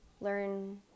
learn